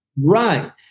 right